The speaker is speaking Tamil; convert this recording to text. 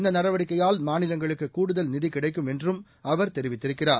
இந்த நடவடிக்கையால் மாநிலங்களுக்கு கூடுதல் நிதி கிடைக்கும் என்றும் அவர் தெரிவித்திருக்கிறார்